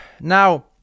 Now